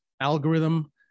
algorithm